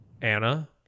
Anna